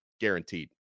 guaranteed